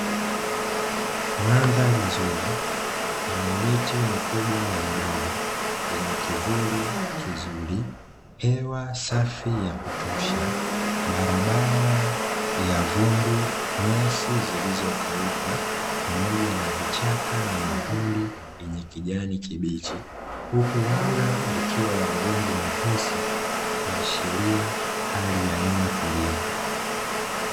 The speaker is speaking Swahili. Mandhari nzuri yenye miti mikubwa na midogo, yenye kivuli kizuri, hewa safi ya kutosha, barabara ya vumbi, nyasi zilizokauka, pamoja na vichaka na mapori yenye kijani kibichi. Huku anga likiwa la mawingu mepesi kuashiria hali ya hewa tulivu.